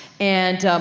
and,